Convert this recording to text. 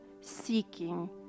seeking